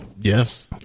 Yes